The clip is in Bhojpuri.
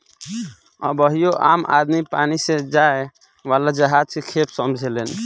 अबहियो आम आदमी पानी से जाए वाला जहाज के खेप समझेलेन